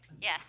Yes